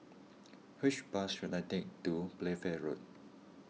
which bus should I take to Playfair Road